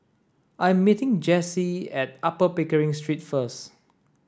I'm meeting Jessee at Upper Pickering Street first